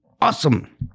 awesome